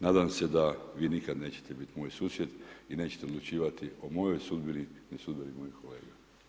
Nadam se da vi nikada nećete biti moj susjed i nećete odlučivati o mojoj sudbini, ni sudbini mojih kolege.